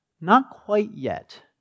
not-quite-yet